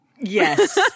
Yes